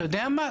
אתה יודע מה?